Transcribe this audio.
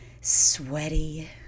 sweaty